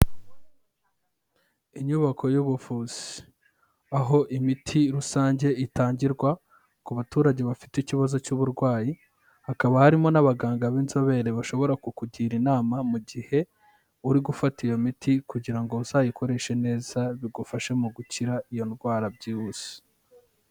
Inyubako y'ubuvuzi, aho imiti rusange itangirwa ku baturage bafite ikibazo cy'uburwayi, hakaba harimo n'abaganga b'inzobere bashobora kukugira inama mu gihe uri gufata iyo miti kugira ngo uzayikoreshe neza bigufashe mu gukira iyo ndwara byihuse.